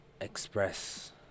express